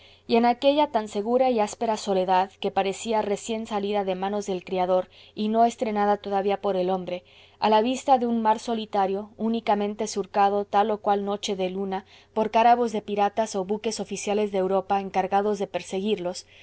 y en aquella tan segura y áspera soledad que parecía recién salida de manos del criador y no estrenada todavía por el hombre a la vista de un mar solitario únicamente surcado tal o cual noche de luna por cárabos de piratas o buques oficiales de europa encargados de perseguirlos